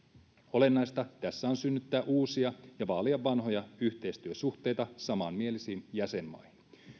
olennaista tässä on synnyttää uusia ja vaalia vanhoja yhteistyösuhteita samanmielisiin jäsenmaihin